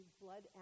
blood